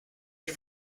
ich